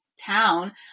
town